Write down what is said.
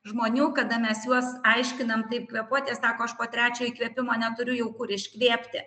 žmonių kada mes juos aiškinam kaip kvėpuot sako aš po trečio įkvėpimo neturiu jau kur iškvėpti